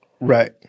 Right